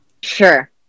Sure